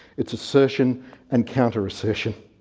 it's assertion and counter-assertion.